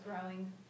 growing